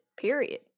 period